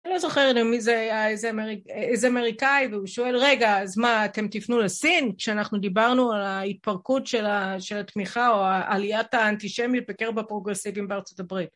אני לא זוכרת איזה אמריקאי, והוא שואל, רגע, אז מה, אתם תפנו לסין? כשאנחנו דיברנו על ההתפרקות של התמיכה או על העליית האנטישמית בקרב הפרוגרסיביים בארצות הברית.